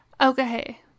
Okay